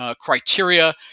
criteria